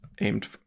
aimed